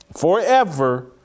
forever